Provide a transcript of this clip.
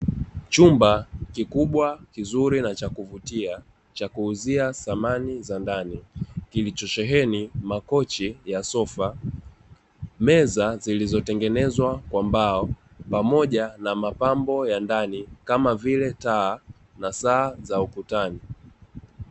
Chumba kikubwa kizuri na chakuvutia cha kuuzia thamani za ndani, kilichosheheni makochi ya sofa, meza zilizotengenezwa kwa mbao pamoja na mapambo ya ndani kama vile:taa na saa za ukutani.